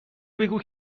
بگو